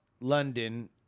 London